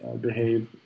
behave